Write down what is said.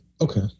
Okay